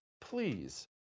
Please